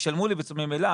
ישלמו לי ממילא,